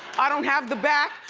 i don't have the back,